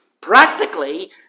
practically